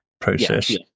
process